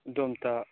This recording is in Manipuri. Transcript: ꯑꯗꯨ ꯑꯝꯇ